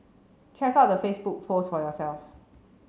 check out the Facebook post for yourself